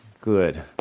Good